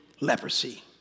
leprosy